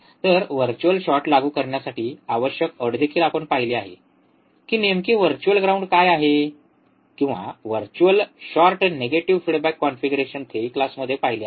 तर virtual short लागू करण्यासाठी आवश्यक अट देखील आपण पाहिले आहे की नेमके व्हर्च्युअल ग्राउंड काय आहे किंवा virtual short negative feedback configuration theory क्लासमध्ये पाहिले आहे